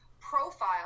profile